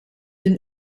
een